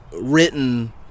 written